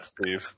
Steve